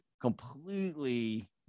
completely